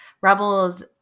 Rebels